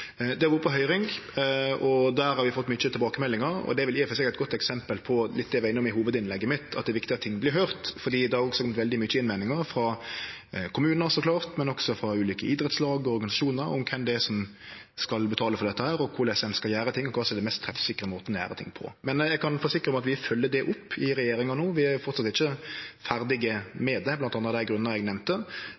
Det har vore på høyring, og vi har fått mange tilbakemeldingar. Det er i og for seg eit eksempel på det eg var inne på i hovudinnlegget mitt, at det er viktig at forslag vert høyrde. Det kjem mange innvendingar frå kommunar så klart, men også frå ulike idrettslag og organisasjonar om kven som skal betale for dette og korleis ein skal gjere det, kva som er den mest treffsikre måten å gjere ting på. Eg kan forsikre om at vi følgjer dette opp i regjeringa no. Vi er framleis ikkje ferdig med det, bl.a. av dei grunnane eg